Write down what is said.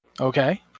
Okay